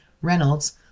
Reynolds